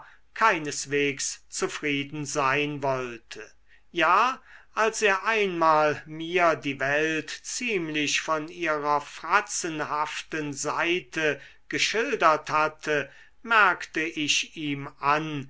keineswegs zufrieden sein wollte ja als er einmal mir die welt ziemlich von ihrer fratzenhaften seite geschildert hatte merkte ich ihm an